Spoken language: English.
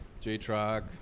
J-Track